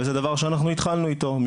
וזה דבר שהתחלנו איתו,